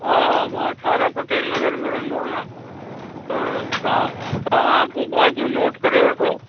हा मां अठाराह पटेलनगर में रहंदो आहियां त तव्हां त पोइ भाॼियूं नोट करे वठो